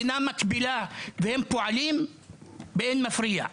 מדינה מקבילה והם פועלים באין מפריע.